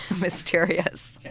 mysterious